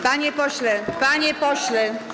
Panie pośle, panie pośle.